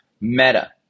Meta